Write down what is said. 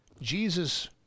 Jesus